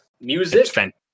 Music